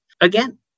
Again